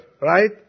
right